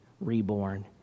reborn